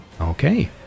Okay